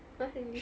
!huh! really